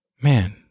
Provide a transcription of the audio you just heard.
man